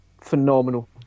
phenomenal